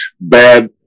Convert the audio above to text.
bad